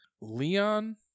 Leon